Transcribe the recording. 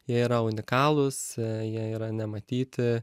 jie yra unikalūs jie yra nematyti